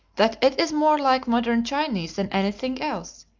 that it is more like modern chinese than anything else,